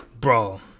Bro